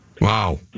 Wow